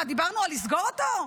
מה, דיברנו על לסגור אותו?